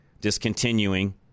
discontinuing